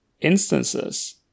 instances